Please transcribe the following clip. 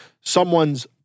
someone's